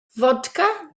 fodca